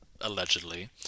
allegedly